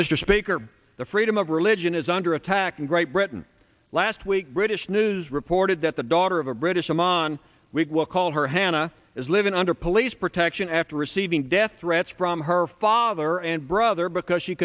mr speaker the freedom of religion is under attack in great britain last week british news reported that the daughter of a british oman week we'll call her hannah is living under police protection after receiving death threats from her father and brother because she